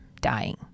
dying